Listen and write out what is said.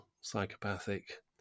psychopathic